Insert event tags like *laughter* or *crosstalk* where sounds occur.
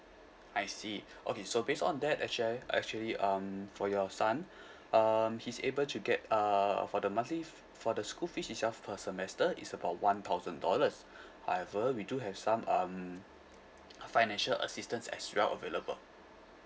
I see okay so based on that actual~ actually um for your son *breath* um he's able to get uh for the monthly f~ for the school fees itself per semester it's about one thousand dollars *breath* however we do have some um financial assistance as well available